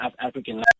african